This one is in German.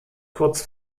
kurz